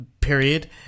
period